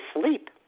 sleep